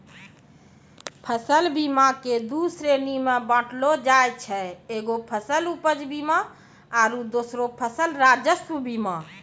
फसल बीमा के दु श्रेणी मे बाँटलो जाय छै एगो फसल उपज बीमा आरु दोसरो फसल राजस्व बीमा